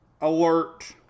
alert